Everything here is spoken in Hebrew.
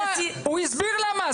הוא הסביר למה.